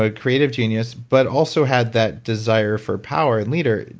ah creative genius, but also had that desire for power and leader.